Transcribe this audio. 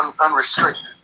unrestricted